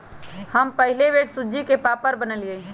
हम पहिल बेर सूज्ज़ी के पापड़ बनलियइ